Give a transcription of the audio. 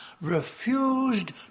refused